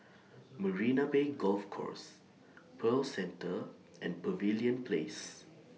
Marina Bay Golf Course Pearl Center and Pavilion Place